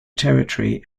territory